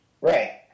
Right